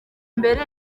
mbere